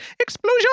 explosion